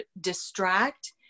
distract